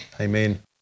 Amen